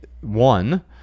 one